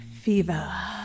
Fever